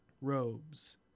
robes